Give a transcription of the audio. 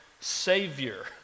Savior